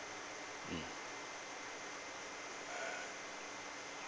mm